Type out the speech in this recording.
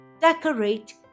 Decorate